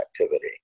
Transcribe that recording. activity